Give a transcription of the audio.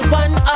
one